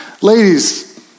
Ladies